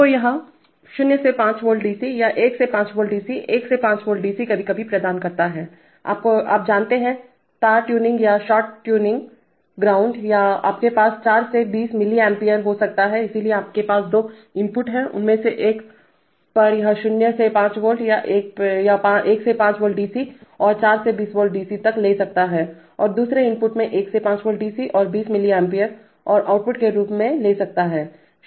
तो यह 0 से 5 वोल्ट डीसी या 1 से 5 वोल्ट डीसी 1 से 5 वोल्ट डीसी कभी कभी प्रदान करता है आप जानते हैं तार टूटने या शॉर्ट्स टू ग्राउंड या आपके पास 4 से 20mA हो सकता हैइसलिए आपके पास दो इनपुट हैं उनमें से एक पर यह 0 से 5 वोल्ट या 1 से 5 वोल्ट डीसी और 4 से 20mA तक ले सकता है और दूसरे इनपुट में इसे 1 से 5 वोल्ट डीसी और 20mA और आउटपुट के रूप में ले सकता है